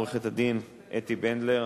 עורכת-הדין אתי בנדלר,